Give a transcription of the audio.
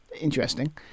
Interesting